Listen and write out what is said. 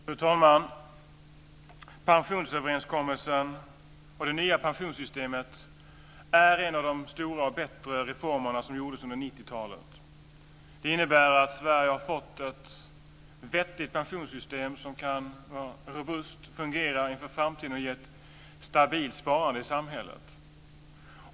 Fru talman! Pensionsöverenskommelsen och det nya pensionssystemet är en av de stora och bättre reformerna som gjordes under 90-talet. Det innebär att Sverige har fått ett vettigt pensionssystem som kan vara robust, fungera inför framtiden och ge ett stabilt sparande i samhället.